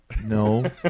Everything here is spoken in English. No